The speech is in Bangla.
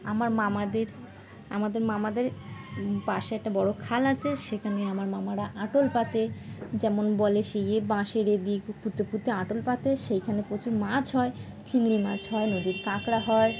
আমার মামাদের আমাদের মামাদের পাশে একটা বড়ো খাল আছে সেখানে আমার মামারা আঁটল পাতে যেমন বলে সে বাঁশের এদিক ফুতে ফুঁতে আঁটল পাাতে সেইখানে প্রচুর মাছ হয় চিংড়ি মাছ হয় নদীর কাঁকড়া হয়